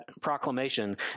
proclamation